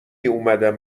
اومدم